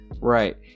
Right